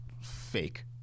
fake